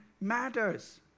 matters